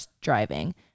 driving